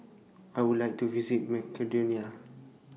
I Would like to visit Macedonia